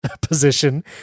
position